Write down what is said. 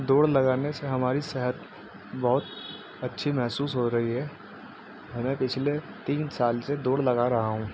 دوڑ لگانے سے ہماری صحت بہت اچھی محسوس ہو رہی ہے اور میں پچھلے تین سال سے دوڑ لگا رہا ہوں